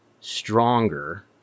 stronger